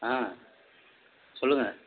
ஆ சொல்லுங்க